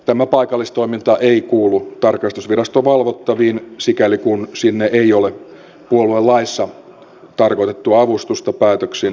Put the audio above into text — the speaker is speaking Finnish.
tämä paikallistoiminta ei kuulu tarkastusviraston valvottaviin sikäli kuin sinne ei ole puoluelaissa tarkoitettua avustusta päätöksin osoitettu